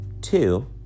Two